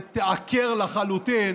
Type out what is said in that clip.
ותעקר לחלוטין